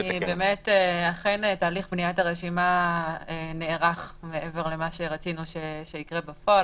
אכן תהליך בניית הרשימה נערך מעבר לזמן שרצינו שיקרה בפועל.